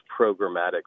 programmatic